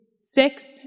six